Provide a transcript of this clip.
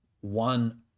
one